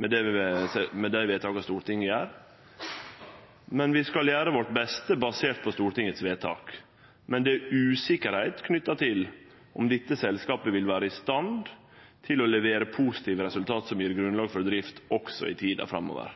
med dei vedtaka Stortinget gjer. Men vi skal gjere vårt beste, basert på stortingsvedtaket. Men det er usikkerheit knytt til om dette selskapet vil vere i stand til å levere positive resultat som gjev grunnlag for drift også i tida framover.